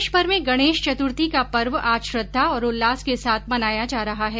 प्रदेशभर में गणेश चतुर्थी का पर्व आज श्रद्धा और उल्लास के साथ मनाया जा रहा हैं